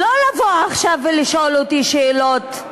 לא לבוא עכשיו ולשאול אותי שאלות,